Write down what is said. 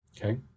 Okay